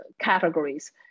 categories